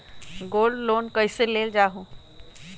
Gold loan कईसे लेल जाहु?